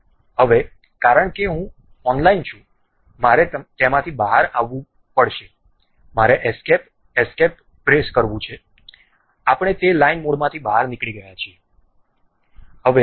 હવે કારણ કે હું ઓનલાઇન છું મારે તેમાંથી બહાર આવવાનું ગમશે મારે એસ્કેપ એસ્કેપ પ્રેસ કરવું છે આપણે તે લાઈન મોડમાંથી બહાર નીકળી ગયા છીએ